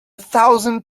thousand